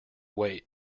wait